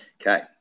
Okay